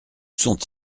sont